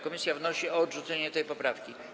Komisja wnosi o odrzucenie tej poprawki.